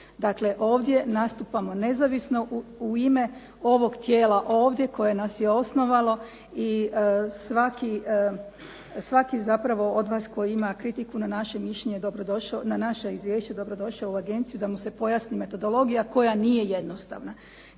Dakle ovdje nastupamo nezavisno u ime ovog tijela ovdje koje nas je osnovalo i svaki zapravo od vas koji ima kritiku na naše mišljenje dobrodošao, na naša izvješća dobrodošao u agenciju da mu se pojasni metodologija koja nije jednostavna.